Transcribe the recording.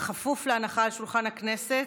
בכפוף להנחה על שולחן הכנסת,